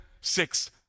six